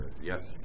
yes